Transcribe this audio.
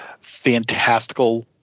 fantastical